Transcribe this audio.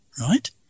right